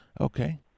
Okay